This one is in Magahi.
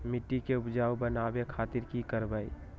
मिट्टी के उपजाऊ बनावे खातिर की करवाई?